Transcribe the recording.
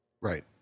Right